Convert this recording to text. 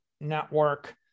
network